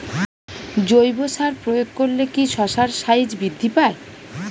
জৈব সার প্রয়োগ করলে কি শশার সাইজ বৃদ্ধি পায়?